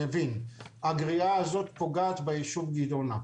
הגריעה הזאת פוגעת ביישוב גדעונה.